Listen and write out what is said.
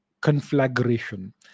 conflagration